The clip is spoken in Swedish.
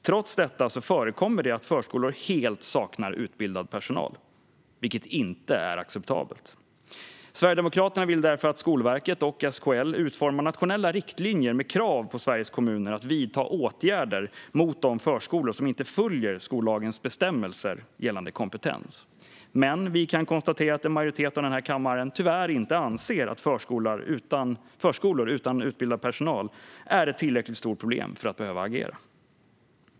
Trots det förekommer det att förskolor helt saknar utbildad personal. Det är inte acceptabelt. Sverigedemokraterna vill därför att Skolverket och SKL utformar nationella riktlinjer med krav på Sveriges kommuner att vidta åtgärder mot de förskolor som inte följer skollagens bestämmelser gällande kompetens. Men vi kan konstatera att en majoritet i denna kammare tyvärr inte anser att förskolor utan utbildad personal är ett tillräckligt stort problem för att man ska agera.